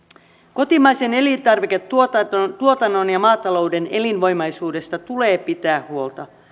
kotimaisen elintarviketuotannon ja maatalouden elinvoimaisuudesta tulee pitää huolta